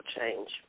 change